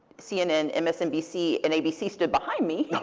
cnn, msnbc, and abc stood behind me, where